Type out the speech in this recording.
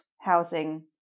housing